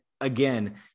again